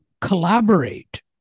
collaborate